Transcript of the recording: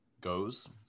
goes